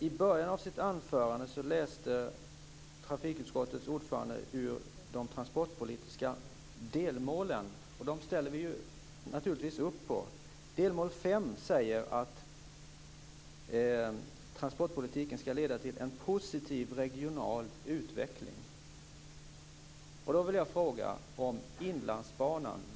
I början av sitt anförande läste trafikutskottets ordförande ur de transportpolitiska delmålen, och de ställer vi naturligtvis upp på. I delmål fem sägs att transportpolitiken skall leda till en positiv regional utveckling. Då vill jag fråga om Inlandsbanan.